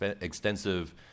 extensive